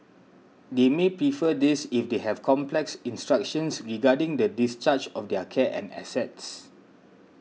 they may prefer this if they have complex instructions regarding the discharge of their care and assets